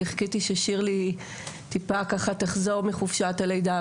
כי חיכיתי ששירלי טיפה ככה תחזור מחופשת הלידה,